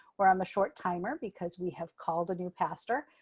where i'm a short timer because we have called a new pastor,